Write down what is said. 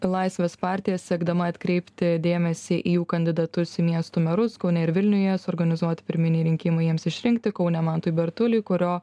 laisvės partija siekdama atkreipti dėmesį į jų kandidatus į miestų merus kaune ir vilniuje suorganizuoti pirminiai rinkimai jiems išrinkti kaune mantui bertuliui kurio